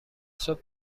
صبح